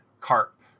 carp